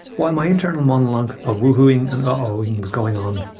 while my internal monologue of whoo-hooing and uh ohing was going on,